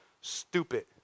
stupid